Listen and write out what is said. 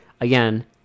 again